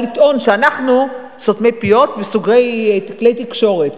בא לטעון שאנחנו סותמי פיות וסוגרי כלי תקשורת.